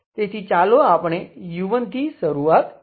તેથી ચાલો આપણે u1 થી શરુંઆત કરીએ